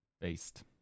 Based